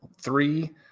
three